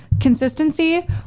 consistency